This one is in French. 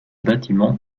bâtiment